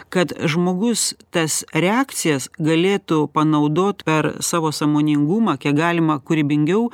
kad žmogus tas reakcijas galėtų panaudot per savo sąmoningumą kiek galima kūrybingiau